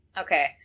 Okay